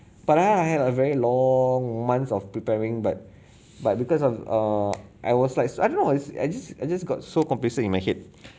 but I I had a very long months of preparing but but because of err I was like I don't know it's I just I just got so complacent in my head